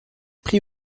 prie